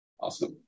Awesome